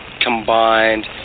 combined